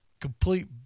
complete